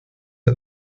and